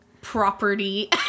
property